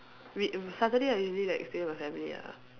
wait saturday I usually like stay with my family ah